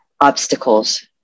obstacles